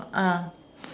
ah